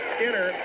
Skinner